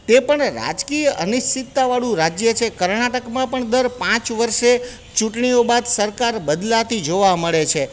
તે પણ રાજકીય અનિશ્ચિતતાવાળું રાજ્ય છે કર્ણાટકમાં પણ દર પાંચ વર્ષે ચૂંટણીઓ બાદ સરકાર બદલાતી જોવા મળે છે